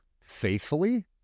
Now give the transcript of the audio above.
faithfully